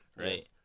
right